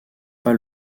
pas